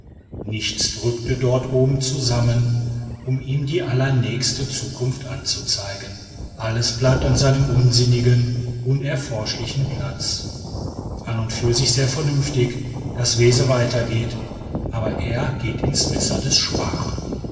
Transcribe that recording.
nichts rückt dort oben zusammen um ihm die allernächste zukunft anzuzeigen alles bleibt an seinem unsinnigen unerforschlichen platz an und für sich sehr vernünftig daß wese weitergeht aber er geht ins messer des schmar